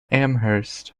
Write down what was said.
amherst